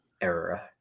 era